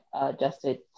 adjusted